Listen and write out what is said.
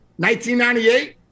1998